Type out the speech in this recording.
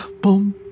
boom